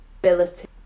ability